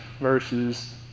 versus